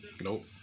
Nope